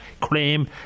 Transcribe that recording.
claim